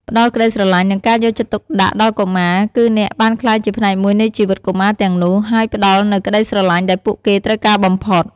ផ្ដល់ក្ដីស្រឡាញ់ និងការយកចិត្តទុកដាក់ដល់កុមារ គឺអ្នកបានក្លាយជាផ្នែកមួយនៃជីវិតកុមារទាំងនោះ ហើយផ្ដល់នូវក្ដីស្រឡាញ់ដែលពួកគេត្រូវការបំផុត។